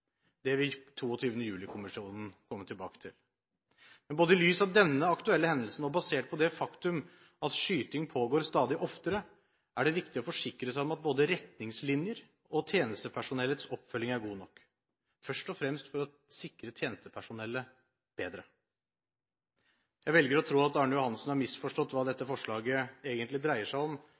Det vil 22. juli-kommisjonen komme tilbake til. I lys av denne aktuelle hendelsen og basert på det faktum at skyting pågår stadig oftere, er det viktig å forsikre seg om at både retningslinjer og tjenestepersonellets oppfølging er god nok – først og fremst for å sikre tjenestepersonellet bedre. Jeg velger å tro at Arne Johannessen har misforstått hva dette forslaget egentlig dreier seg om, og at han og Politiets Fellesforbund vil støtte opp om